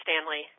Stanley